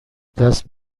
دست